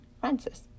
Francis